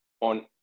on